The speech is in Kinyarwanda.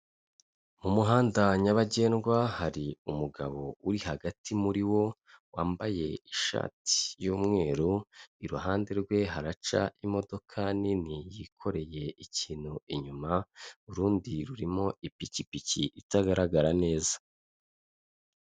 Mu muhanda nyabagendwa hari umugabo uri hagati muri bo wambaye ishati y'umweru iruhande rwe haraca imodoka nini yikoreye ikintu inyuma, urundi rurimo ipikipiki itagaragara neza.